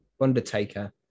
Undertaker